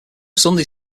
sunday